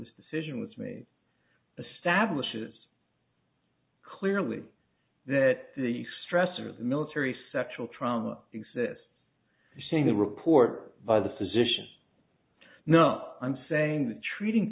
this decision was made a stablish is clearly that the stress of the military sexual trauma exists you see the report by the physicians no i'm saying the treating